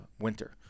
winter